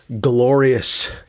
glorious